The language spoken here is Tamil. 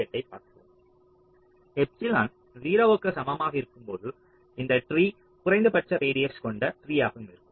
எப்சிலான் 0 க்கு சமமாக இருக்கும்போது இந்த ட்ரீ குறைந்தபட்ச ரேடியஸ் கொண்ட ட்ரீயாக இருக்கும்